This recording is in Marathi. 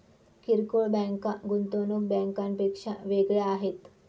किरकोळ बँका गुंतवणूक बँकांपेक्षा वेगळ्या आहेत